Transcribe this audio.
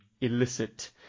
illicit